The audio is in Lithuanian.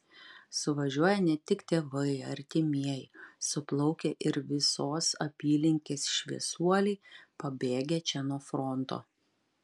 suvažiuoja ne tik tėvai artimieji suplaukia ir visos apylinkės šviesuoliai pabėgę čia nuo fronto